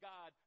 God